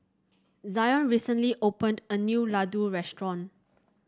Zion recently opened a new Ladoo restaurant